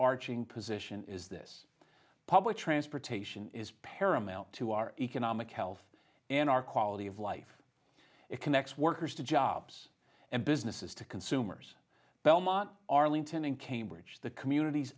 arching position is this public transportation is paramount to our economic health and our quality of life it connects workers to jobs and businesses to consumers belmont arlington in cambridge the communities